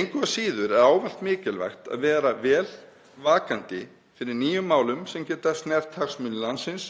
Engu að síður er ávallt mikilvægt að vera vel vakandi fyrir nýjum málum sem geta snert hagsmuni Íslands